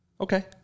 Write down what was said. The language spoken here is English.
okay